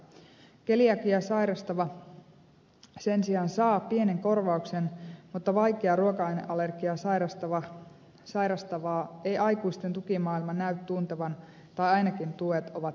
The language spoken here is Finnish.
keliakiaa sairastava sen sijaan saa pienen korvauksen mutta vaikeaa ruoka aineallergiaa sairastavaa ei aikuisten tukimaailma näy tuntevan tai ainakin tuet ovat kiven alla